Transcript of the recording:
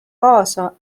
kaasa